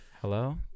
Hello